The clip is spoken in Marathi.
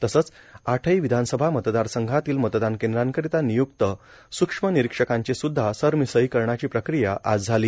तसच आठही विधानसभा मतदार संघातील मतदान केंद्राकरीता निय्क्त स्क्ष्म निरीक्षकांचे सुद्धा सरमिसळीकरणाची प्रक्रिया आज झाली